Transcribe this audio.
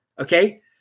Okay